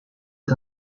est